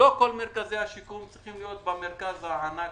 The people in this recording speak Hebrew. לא כל מרכזי השיקום צריכים להיות במרכז הענק